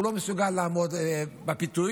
הוא לא מסוגל לעמוד בפיתוי.